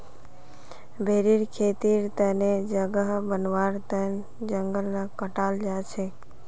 भेरीर खेतीर तने जगह बनव्वार तन जंगलक काटाल जा छेक